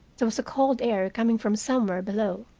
there was a cold air coming from somewhere below.